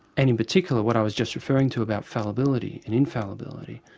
and in particular what i was just referring to about fallibility and infallibility,